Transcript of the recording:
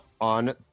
on